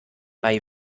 bei